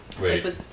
wait